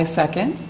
second